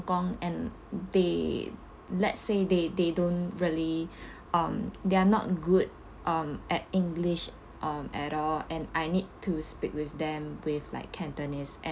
~kong and they let's say they they don't really um they're not good um at english um at all and I need to speak with them with like cantonese uh